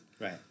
right